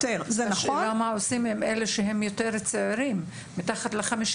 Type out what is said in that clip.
השאלה מה עושים עם אלה שמתחת לגיל